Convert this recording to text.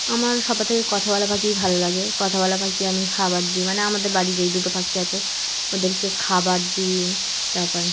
আমার সবার থেকে কথা বলা পাখিই ভালো লাগে কথা বলা পাখিদের আমি খাবার দিই মানে আমাদের বাড়ি যেই দুটো পাখি আছে ওদেরকে খাবার দিই তারপর